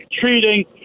treating